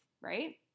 right